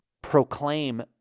proclaim